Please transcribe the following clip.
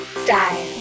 style